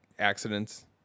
accidents